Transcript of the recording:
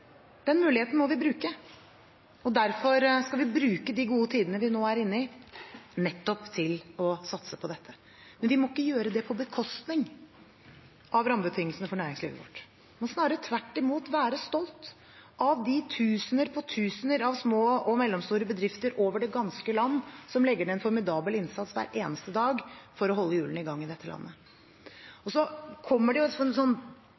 Den muligheten må vi bruke, og derfor skal vi bruke de gode tidene vi nå er inne i, til å satse nettopp på dette. Men vi må ikke gjøre det på bekostning av rammebetingelsene for næringslivet vårt, men snarere tvert imot være stolte av de tusener på tusener av små og mellomstore bedrifter over det ganske land som legger ned en formidabel innsats hver eneste dag for å holde hjulene i gang i dette landet. Det skapes et